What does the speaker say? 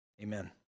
Amen